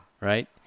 Right